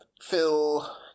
Phil